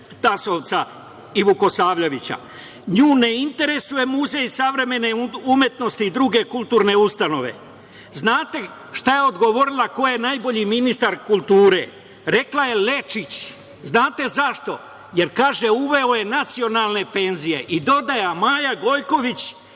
Tasovca i Vukosavljevića. Nju ne interesuje Muzej savremene umetnosti i druge kulturne ustanove. Znate šta je odgovorila ko je najbolji ministar kulture? Rekla je Lečić. Znate zašto? Jer, kaže: „Uveo je nacionalne penzije“, pa dodaje: „A Maja Gojković,